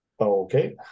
Okay